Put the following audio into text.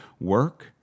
Work